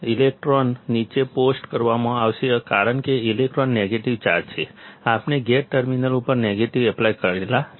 electron નીચે post કરવામાં આવશે કારણ કે ઇલેક્ટ્રોન નેગેટિવ ચાર્જ છે આપણે ગેટ ટર્મિનલ ઉપર નેગેટિવ એપ્લાય કરેલા છે